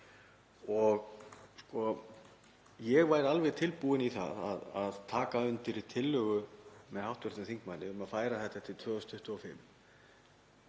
og ég væri alveg tilbúinn í það að taka undir tillögu með hv. þingmanni um að færa þetta til 2025